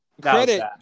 credit